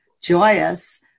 joyous